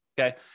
okay